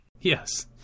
Yes